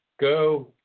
go